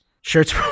Shirts